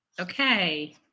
Okay